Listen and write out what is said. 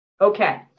Okay